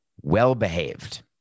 well-behaved